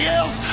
else